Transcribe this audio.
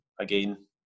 again